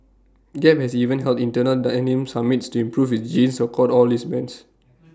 gap has even held internal denim summits to improve its jeans across all its brands